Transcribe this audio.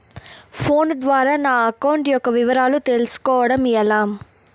Phone ద్వారా నా account యొక్క వివరాలు తెలుస్కోవడం ఎలా?